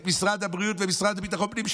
את משרד הבריאות והמשרד לביטחון פנים,